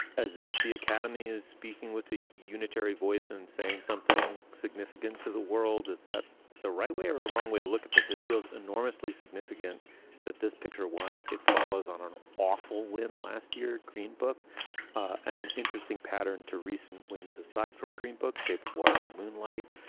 as if the academy is speaking with the unitary voice and saying something significant to the world. is that the right way or the wrong way to look at this? it feels enormously significant that this picture one, it follows on an awful win last year. green book and an interesting pattern to recent. winds aside from green book, shape of water and moonlight.